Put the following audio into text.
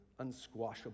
unsquashable